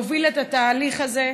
שהוביל את התהליך הזה,